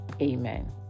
amen